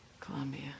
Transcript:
Colombia